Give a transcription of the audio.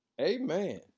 Amen